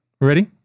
Ready